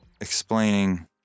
explaining